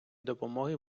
допомоги